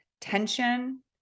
tension